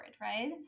Right